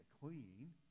clean